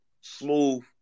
Smooth